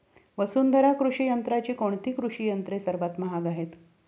वसुंधरा कृषी यंत्राची कोणती कृषी यंत्रे सर्वात महाग आहेत?